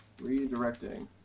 Redirecting